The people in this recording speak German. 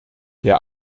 der